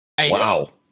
Wow